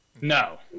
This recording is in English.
No